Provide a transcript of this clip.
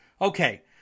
Okay